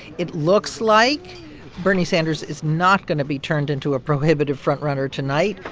it looks like bernie sanders is not going to be turned into a prohibitive front-runner tonight.